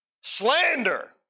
slander